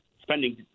spending